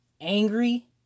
angry